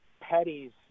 Petty's